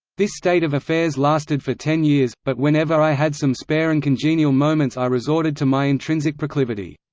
this state of affairs lasted for ten years, but whenever i had some spare and congenial moments i resorted to my intrinsic proclivity.